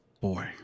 boy